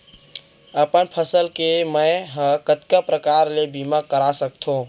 अपन फसल के मै ह कतका प्रकार ले बीमा करा सकथो?